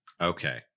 okay